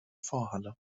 vorhalle